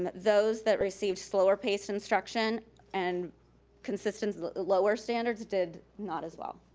those that received slower pace instruction and consistence lower standards did not as well.